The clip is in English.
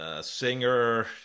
singer